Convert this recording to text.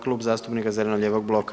Klub zastupnika zeleno-lijevog bloka.